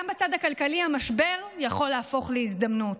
גם בצד הכלכלי המשבר יכול להפוך להזדמנות.